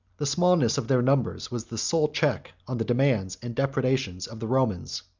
the smallness of their numbers was the sole check on the demands and depredations of the romans.